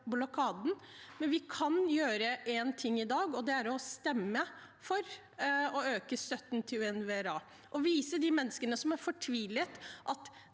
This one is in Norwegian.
blokaden. Vi kan gjøre én ting i dag, og det er å stemme for å øke støtten til UNRWA og vise de menneskene som er fortvilet, at